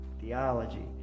theology